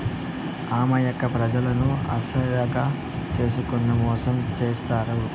అమాయక ప్రజలను ఆసరాగా చేసుకుని మోసం చేత్తారు